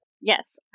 Yes